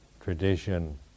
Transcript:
tradition